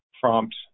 prompt